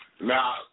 Now